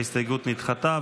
ההסתייגות נדחתה.